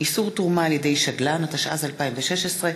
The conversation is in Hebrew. התשע"ז 2016,